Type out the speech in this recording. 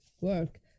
work